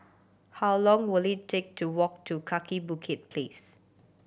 how long will it take to walk to Kaki Bukit Place